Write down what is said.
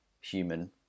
human